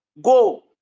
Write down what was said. go